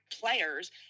players